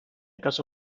casó